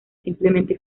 simplemente